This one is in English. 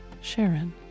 Sharon